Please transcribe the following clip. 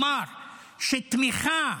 אמר שתמיכה